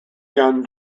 gun